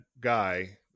guy